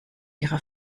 ihrer